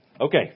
Okay